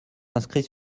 inscrits